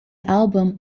album